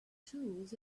tools